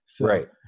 Right